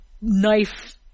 knife